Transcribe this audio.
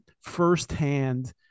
firsthand